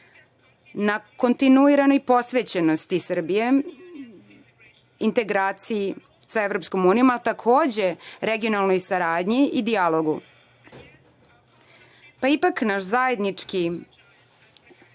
na kontinuiranoj posvećenosti Srbije, integraciji sa EU, a takođe regionalnoj saradnji i dijalogu. Ipak, naš zajednički